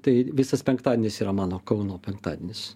tai visas penktadienis yra mano kauno penktadienis